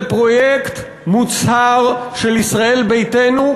זה פרויקט מוצהר של ישראל ביתנו,